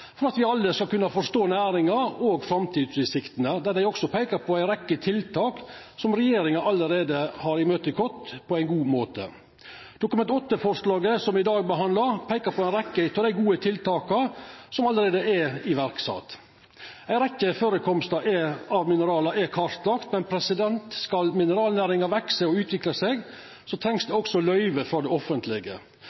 for at me alle skal kunna forstå næringa og framtidsutsiktene, der dei også peikar på ei rekkje tiltak som regjeringa alt har imøtekome på ein god måte. Dokument 8-forslaget som me i dag behandlar, peikar på ei rekkje av dei gode tiltaka som alt er iverksette. Ei rekkje førekomstar er kartlagde, men skal mineralnæringa veksa og utvikla seg,